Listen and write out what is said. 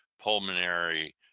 pulmonary